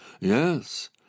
Yes